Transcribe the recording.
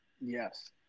Yes